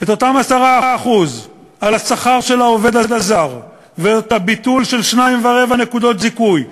את אותם 10% על השכר של העובד הזר ואת הביטול של 2.25 נקודות זיכוי,